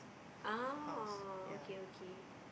oh okay okay